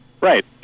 Right